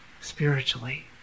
spiritually